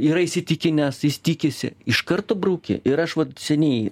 yra įsitikinęs jis tikisi iš karto brauki ir aš vat seniai